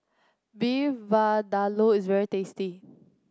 Beef Vindaloo is very tasty